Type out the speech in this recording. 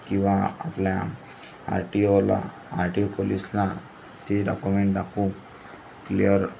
किंवा आपल्या R T O ला आर टी ओ पोलिसला ती डॉक्युमेंट दाखवू क्लिअर